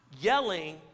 Yelling